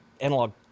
analog